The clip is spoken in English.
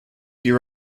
your